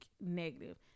negative